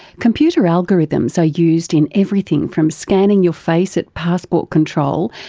computer algorithms are used in everything from scanning your face at passport control,